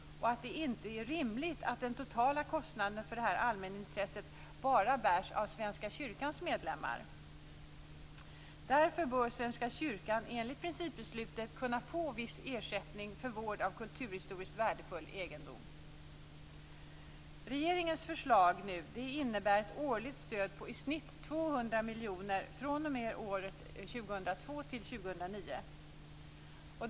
Det är inte rimligt att den totala kostnaden för de här allmänintresset bara bärs av Svenska kyrkans medlemmar. Därför bör Svenska kyrkan enligt principbeslutet kunna få viss ersättning för vård av kulturhistoriskt värdefull egendom. Regeringens förslag nu innebär ett årligt stöd på i snitt 200 miljoner kronor fr.o.m. år 2002 t.o.m. år 2009.